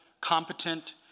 competent